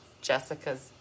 Jessica's